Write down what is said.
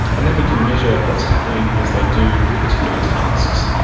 and then we can measure what's happening as they do particular tasks.